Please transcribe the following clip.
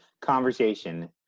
conversation